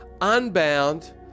unbound